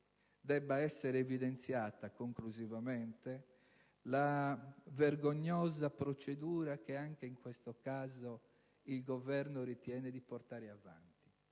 debba essere evidenziata, conclusivamente, la vergognosa procedura che, anche in questo caso, il Governo ritiene di portare avanti.